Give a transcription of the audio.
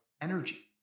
energy